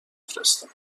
فرستم